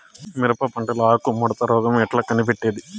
మిరప పంటలో ఆకు ముడత రోగం ఎట్లా కనిపెట్టేది?